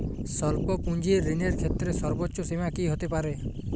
স্বল্প পুঁজির ঋণের ক্ষেত্রে সর্ব্বোচ্চ সীমা কী হতে পারে?